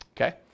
okay